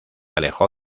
alejó